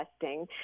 testing